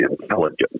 intelligent